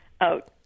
out